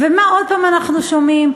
ומה עוד הפעם אנחנו שומעים?